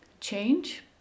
change